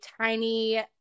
tiny